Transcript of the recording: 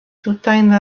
tutajn